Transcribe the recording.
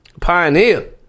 Pioneer